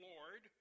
Lord